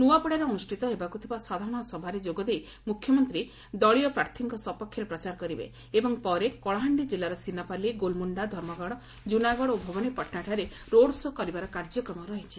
ନୁଆପଡ଼ାରେ ଅନୁଷିତ ହେବାକୁ ଥିବା ସାଧାରଣସଭାରେ ଯୋଗଦେଇ ମୁଖ୍ୟମନ୍ତୀ ଦଳୀୟ ପ୍ରାର୍ଥୀଙ୍କ ସପକ୍ଷରେ ପ୍ରଚାର କରିବେ ଏବଂ ପରେ କଳାହାଣ୍ଡି କିଲ୍ଲାର ସିନାପାଲି ଗୋଲମୁଖା ଧର୍ମଗଡ଼ ଜୁନାଗଡ଼ ଓ ଭବାନୀପାଟଣାଠାରେ ରୋଡ୍ ସୋ' କରିବାର କାର୍ଯ୍ୟକ୍ରମ ରହିଛି